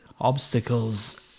obstacles